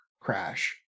crash